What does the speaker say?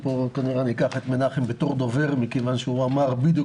אקח את מנחם בתור דובר מכיוון שהוא אמר בדיוק